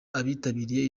abitabiriye